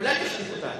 אולי תשתיק אותה?